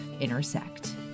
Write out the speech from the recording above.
intersect